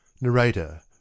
Narrator